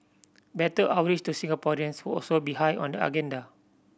better outreach to Singaporeans would also be high on the agenda